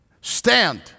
Stand